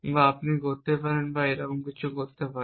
বা আপনি করতে পারেন বা এরকম কিছু করতে পারেন